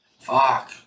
Fuck